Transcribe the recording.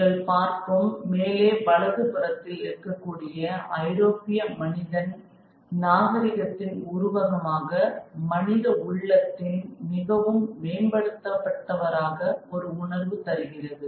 நீங்கள் பார்க்கும் மேலே வலது புறத்தில் இருக்கக்கூடிய ஐரோப்பிய மனிதன் நாகரீகத்தின் உருவகமாக மனித உள்ளத்தின் மிகவும் மேம்படுத்தப்பட்டவராக ஒரு உணர்வு தருகிறது